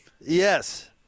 yes